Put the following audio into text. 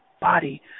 body